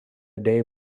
day